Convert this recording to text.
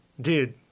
dude